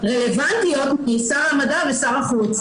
-- רלוונטיות משר המדע ושר החוץ.